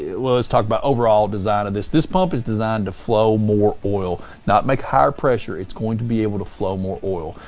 let's talk about overall design of this. this pump is designed to flow more oil, not make higher pressure. it's going to be able to flow more oil.